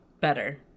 better